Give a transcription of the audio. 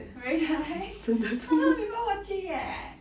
very nice a lot of people watching eh